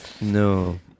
No